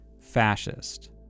fascist